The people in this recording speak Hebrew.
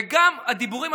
וגם הדיבורים,